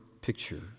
picture